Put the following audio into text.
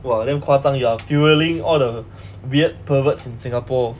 !wah! damn 夸张 you are fuelling all the weird perverts in singapore